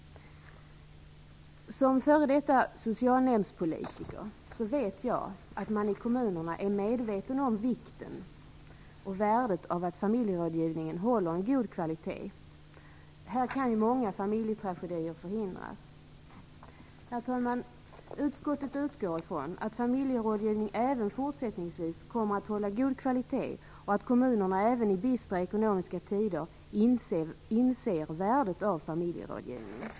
Som f.d. socialnämndspolitiker vet jag att man i kommunerna är medveten om vikten och värdet av att familjerådgivningen håller en god kvalitet. Här kan många familjetragedier förhindras. Herr talman! Utskottet utgår ifrån att familjerådgivning även fortsättningsvis kommer att hålla god kvalitet och att kommunerna även i bistra ekonomiska tider inser värdet av familjerådgivning.